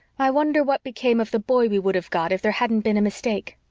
i wonder what became of the boy we would have got if there hadn't been a mistake.